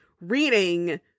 reading –